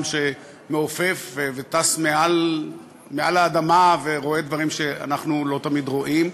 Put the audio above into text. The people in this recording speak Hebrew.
שמעופף וטס מעל האדמה ורואה דברים שאנחנו לא תמיד רואים.